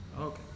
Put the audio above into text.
Okay